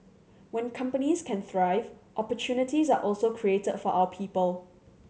when companies can thrive opportunities are also created for our people